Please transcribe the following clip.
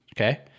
okay